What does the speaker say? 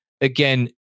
again